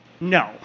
no